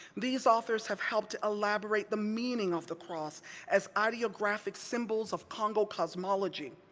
these authors have helped elaborate the meaning of the cross as audiographic symbols of kongo cosmology,